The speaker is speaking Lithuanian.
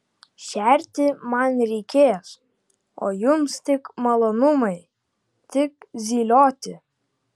šerti man reikės o jums tik malonumai tik zylioti